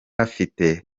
afite